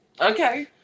okay